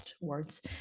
words